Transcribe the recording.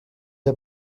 the